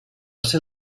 ser